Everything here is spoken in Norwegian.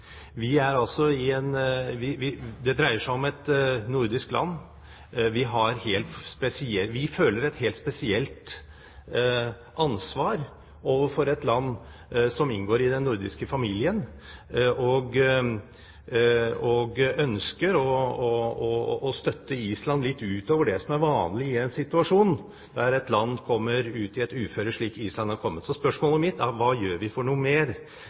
Vi føler et helt spesielt ansvar overfor et land som inngår i den nordiske familien, og ønsker å støtte Island litt utover det som er vanlig i en situasjon der et land har kommet opp i et uføre, slik Island har. Så spørsmålet mitt er: Hva gjør vi mer enn å stå ved våre forpliktelser og inngå i et internasjonalt samarbeid? Etter mitt syn vil fortsatt den beste løsningen for